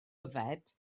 yfed